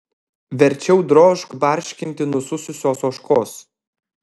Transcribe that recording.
verčiau drožk barškinti nusususios ožkos